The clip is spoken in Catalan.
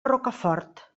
rocafort